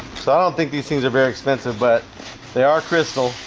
so i don't think these things are very expensive but they are crystal